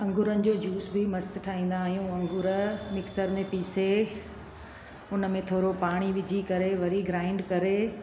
अंगुरनि जो जूस बि मस्तु ठाहींदा आहियूं अंगुर मिक्सर में पीसे हुन में थोरो पाणी विझी करे वरी ग्राइंड करे